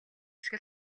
шиг